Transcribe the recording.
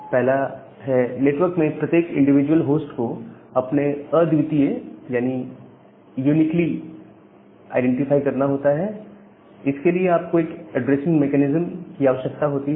पहला है नेटवर्क में प्रत्येक इंडिविजुअल होस्ट को आपको अद्वितीय तौर पर आईडेंटिफाई करना होता है और इसके लिए आपको एक ऐड्रेसिंग मैकेनिज्म की आवश्यकता होती है